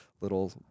little